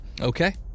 Okay